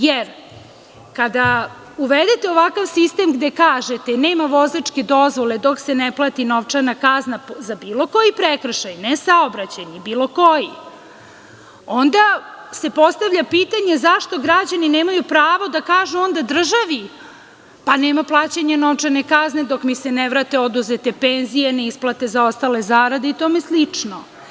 Jer, kada uvedete ovakav sistem gde kažete – nema vozačke dozvole dok se ne plati novčana kazna, za bilo koji prekršaj, ne saobraćajni nego bilo koji, onda se postavlja pitanje zašto građani nemaju pravo da kažu onda državi – pa, nema plaćanja novčane kazne dok mi se ne vrate oduzete penzije, isplate zaostale zarade i tome slično.